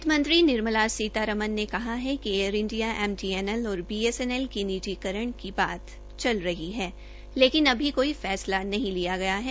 वितमंत्री निर्मला सीता रमण ने कहा है कि एयर इंडिया एमटीएनएल और बीएसएनएल के निजीकरण की बात चल रही है लेकिन अभी कोई फैसला नहीं लिया गया है